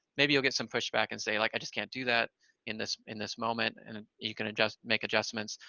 maybe you'll get some pushback and say, like, i just can't do that in this in this moment, and ah you can adjust, make adjustments.